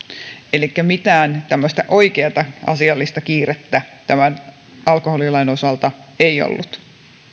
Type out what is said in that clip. elikkä mitään tämmöistä oikeata asiallista kiirettä tämän alkoholilain osalta ei ollut